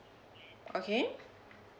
okay